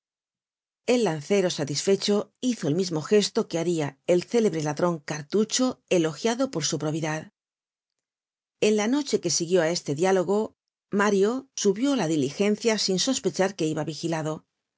el lancero satisfecho hizo el mismo gesto que haria el célebre ladron cartucho elogiado por su probidad en la noche que siguió á este diálogo mario subió á la diligencia sin sospechar que iba vigilado en